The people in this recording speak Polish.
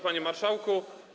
Panie Marszałku!